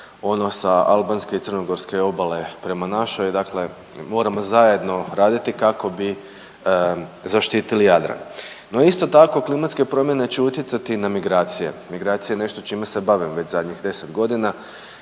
ono sa albanske i crnogorske obale prema našoj. Dakle, moramo zajedno raditi kako bi zaštitili Jadran. No isto tako klimatske promjene će utjecati na migracije. Migracija je nešto čime se bavim već zadnjih 10 godina